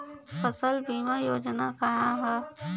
फसल बीमा योजना का ह?